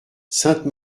sainte